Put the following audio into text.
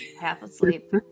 half-asleep